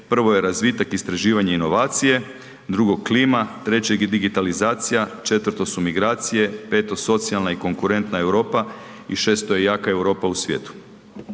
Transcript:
Prvo je razvitak, istraživanje, inovacije, drugo klima, treće digitalizacija, četvrto su migracije, peto socijalna i konkurentna Europa i šesto je jaka Europa u svijetu.